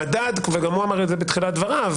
המדד, וגם הוא אמר זאת בתחילת דבריו,